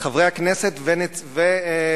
חברי הכנסת ובוחריהם: